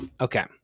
Okay